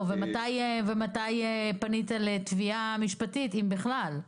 מתי פנית לתביעה משפטית, אם בכלל?